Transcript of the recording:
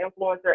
influencer